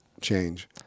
change